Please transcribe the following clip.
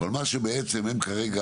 אבל מה שבעצם הם כרגע,